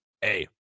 Hey